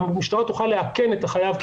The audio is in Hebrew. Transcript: המשטרה תוכל לאכן את החייב.